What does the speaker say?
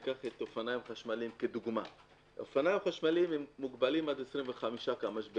אופניים חשמליים הם מוגבלים עד 25 קמ"ש.